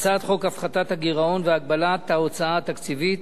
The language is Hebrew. הצעת חוק הפחתת הגירעון והגבלת ההוצאה התקציבית.